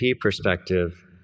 perspective